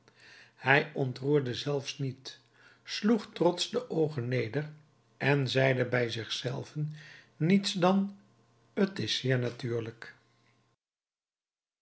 hij ontroerde zelfs niet sloeg trotsch de oogen neder en zeide bij zich zelven niets dan t is zeer natuurlijk